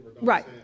Right